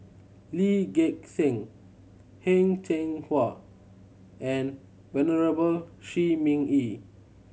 Lee Gek Seng Heng Cheng Hwa and Venerable Shi Ming Yi